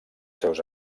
seus